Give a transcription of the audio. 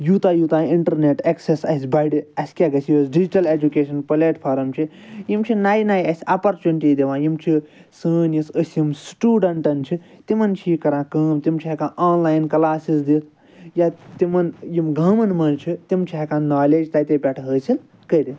یوٗتاہ یوٗتاہ internet access اَسہِ بَڑٕ اَسہِ کیاہ گَژھِ یۄس ڈِجٹَل ایٚجُکیشَن پٕلیٹفارَم چھِ یِم چھِ نَیہِ نَیہِ اَسہِ اپارچُنٹی دِوان یِم چھِ سٲنۍ یُس أسۍ یِم سٹوٗڈنٹَن چھِ تِمَن چھِ یہِ کَران کٲم تِم چھِ ہٮ۪کان آنلاین کَلاسِز دِتھ یا تِمَن یِمَن گامَن مَنٛز چھِ تِم چھِ ہٮ۪کان نالیج تَتے پٮ۪ٹھٕ حٲصِل کٔرِتھ